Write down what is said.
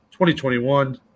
2021